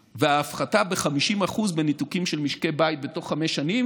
וההפחתה ב-50% בניתוקים של משקי בית בתוך חמש שנים,